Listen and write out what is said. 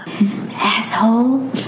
Asshole